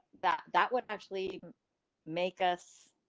that that would actually make us.